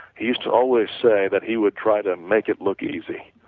he used to always say that he would try to make it look easy,